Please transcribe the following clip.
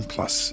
Plus